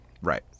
Right